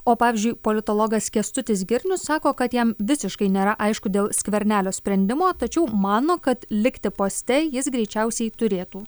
o pavyzdžiui politologas kęstutis girnius sako kad jam visiškai nėra aišku dėl skvernelio sprendimo tačiau mano kad likti poste jis greičiausiai turėtų